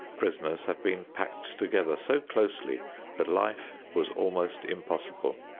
prisoners have been packed together so closely that life was almost impossible.